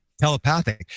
telepathic